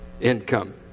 income